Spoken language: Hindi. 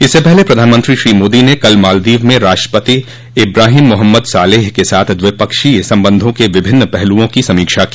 इससे पहले प्रधानमंत्री श्री मोदी ने कल मालदीव में राष्ट्रपति इब्राहीम मोहम्मद सालेह के साथ द्विपक्षीय संबंधों के विभिन्न पहलुओं की समीक्षा की